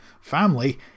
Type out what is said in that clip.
Family